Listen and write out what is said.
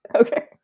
Okay